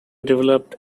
developed